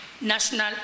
national